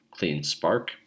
CleanSpark